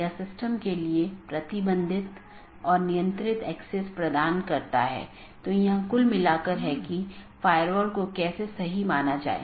OSPF और RIP का उपयोग AS के माध्यम से सूचना ले जाने के लिए किया जाता है अन्यथा पैकेट को कैसे अग्रेषित किया जाएगा